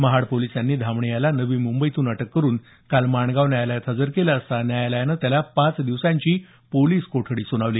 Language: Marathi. महाड पोलिसांनी धामणे याला नवी मुंबईतून अटक करून काल माणगाव न्यायालयात हजर केलं असता न्यायालयानं त्याला पाच दिवसांची पोलीस कोठडी सुनावली